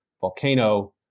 volcano